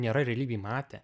nėra realybėj matę